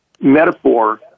metaphor